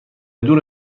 دور